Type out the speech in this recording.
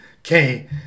okay